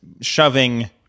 shoving